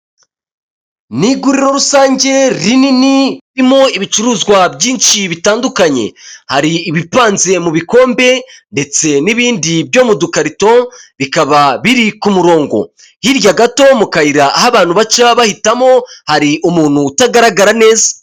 Ni iguriro rusange rinini ririmo ibicuruzwa byinshi bitandukanye hari ibipanze mu bikombe ndetse n'ibindi byo mu dukarito bikaba biri ku murongo hirya gato yo mu kayira aho abantu bake baba bahitamo hari umuntu utagaragara neza .